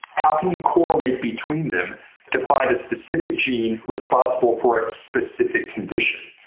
how can you correlate between them to find a specific gene responsible for a specific condition?